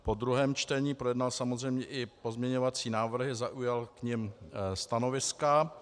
Po druhém čtení projednal samozřejmě i pozměňovací návrhy a zaujal k nim stanoviska.